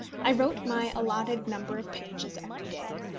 i wrote my allotted number of pages every day.